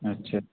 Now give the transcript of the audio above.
अच्छा